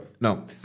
No